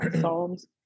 Psalms